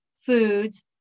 foods